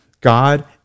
God